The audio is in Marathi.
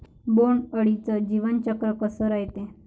बोंड अळीचं जीवनचक्र कस रायते?